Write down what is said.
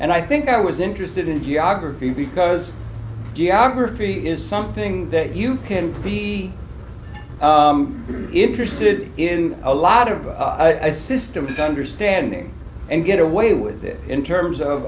and i think i was interested in geography because geography is something that you can be interested in a lot of eyes system to understanding and get away with it in terms of